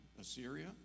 Assyria